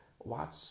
Watch